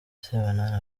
sebanani